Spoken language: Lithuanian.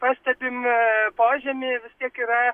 pastebim požemy vis tiek yra